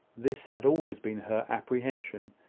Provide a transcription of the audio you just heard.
this had always been her apprehension.